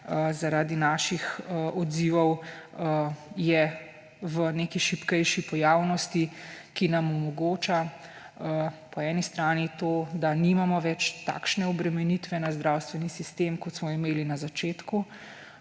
zaradi naših odzivov je v neki šibkejši pojavnosti. Ta nam omogoča po eni strani to, da nimamo več takšne obremenitve na zdravstveni sistem, kot smo imeli na začetku,